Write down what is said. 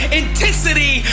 intensity